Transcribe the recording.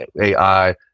AI